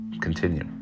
continue